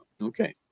Okay